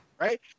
right